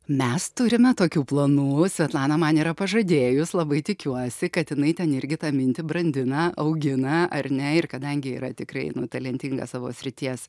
mes turime tokių planų svetlana man yra pažadėjus labai tikiuosi kad jinai ten irgi tą mintį brandina augina ar ne ir kadangi yra tikrai talentinga savo srities